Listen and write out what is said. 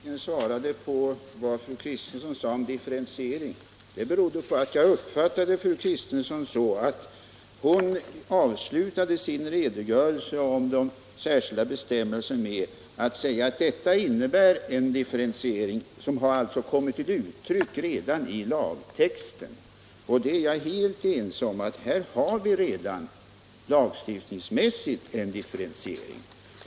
Herr talman! Att jag inte i repliken svarade på vad fru Kristensson sade om differentiering beror på att jag uppfattade det så att fru Kristensson avslutade sin redogörelse för de särskilda bestämmelserna med att säga att detta innebär en differentiering, som alltså har kommit till uttryck redan i lagtexten. Jag är helt ense med fru Kristensson om att vi här lagstiftningsmässigt redan har en differentiering.